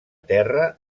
terra